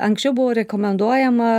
anksčiau buvo rekomenduojama